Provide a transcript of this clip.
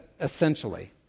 essentially